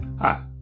Hi